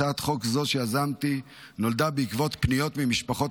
הצעת חוק זו שיזמתי נולדה בעקבות פניות ממשפחות